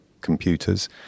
computers